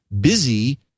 busy